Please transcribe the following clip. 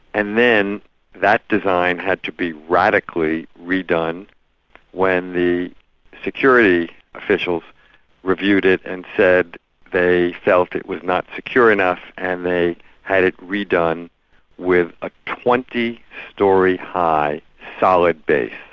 and then that design had to be radically re-done when the security officials reviewed it and said they felt it was not secure enough and they had it re-done with a twenty storey high solid base,